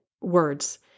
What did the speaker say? words